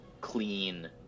clean